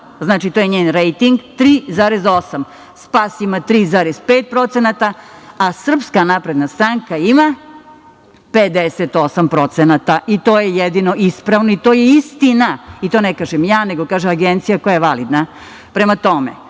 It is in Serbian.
znači, to je njen rejting, 3,8%, SPAS ima 3,5%, a SNS ima 58% . To je jedino ispravno i to je istina i to ne kažem ja, nego kaže agencija koja je validna. Prema tome,